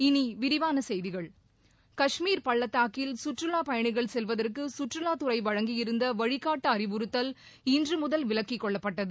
இனி விரிவான செய்திகள் கஷ்மீர் பள்ளத்தாக்கில் சுற்றுலா பயணிகள் செல்வதற்கு சுற்றுலாத்துறை வழங்கியிருந்த வழிகாட்டு அறிவுறுத்தல் இன்று முதல் விலக்கிக்கொள்ளப்பட்டது